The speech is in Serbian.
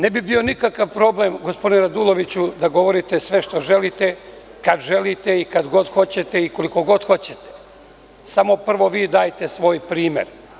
Ne bi bio nikakv problem, gospodine Raduloviću, da govorite sve što želite, kada želite i kad god hoćete i koliko god hoćete, samo prvo vi dajte svoj primer.